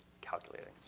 calculating